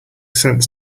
sense